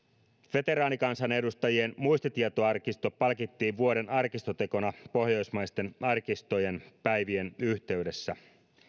veteraanikansanedustajien muistitietoarkisto palkittiin vuoden arkistotekona pohjoismaisen arkistojen päivän yhteydessä